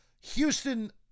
Houston